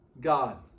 God